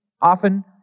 often